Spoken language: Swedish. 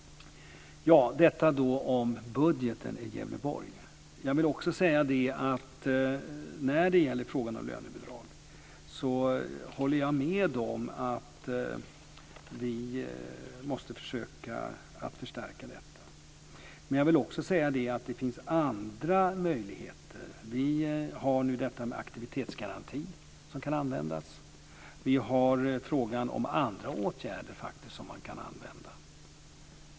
Detta om budgeten i Gävleborg. När det gäller frågan om lönebidrag håller jag med om att vi måste försöka att förstärka det. Men det finns också andra möjligheter. Vi har nu aktivitetsgaranti som kan användas, och det finns andra åtgärder som man kan använda.